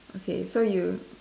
okay so you